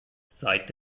seit